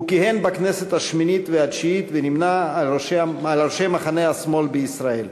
הוא נמנה עם ראשי מחנה השמאל בישראל,